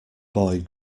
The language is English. boy